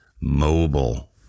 mobile